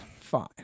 Fine